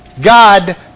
God